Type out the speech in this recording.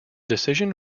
decision